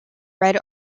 red